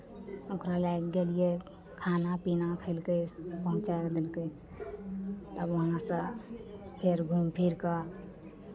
ओकरा लए कऽ गेलियै खाना पीना खेलकै पहुँचा देलकै तब ओहाँसँ फेर घूमि फिरि कऽ